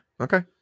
Okay